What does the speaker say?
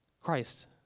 Christ